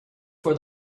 for